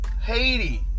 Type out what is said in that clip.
Haiti